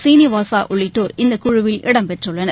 சீனிவாசா உள்ளிட்டோர் இந்தக்குழுவில் இடம் பெற்றுள்ளனர்